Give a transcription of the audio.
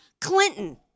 Clinton